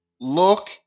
look